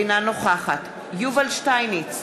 אינה נוכחת יובל שטייניץ,